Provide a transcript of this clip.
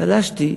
תלשתי אחד,